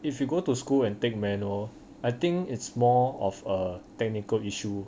if you go to school and take manual I think it's more of a technical issue